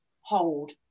hold